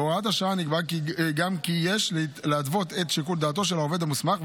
בהוראת השעה נקבע גם כי יש להתוות את שיקול דעתו של העובד המוסמך,